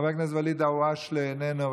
חבר הכנסת ואליד אלהואשלה איננו,